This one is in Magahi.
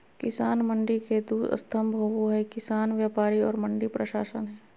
किसान मंडी के दू स्तम्भ होबे हइ किसान व्यापारी और मंडी प्रशासन हइ